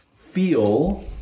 feel